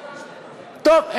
טוב,